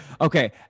okay